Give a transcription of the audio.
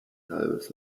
halbes